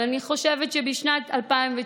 אבל אני חושבת שבשנת 2019,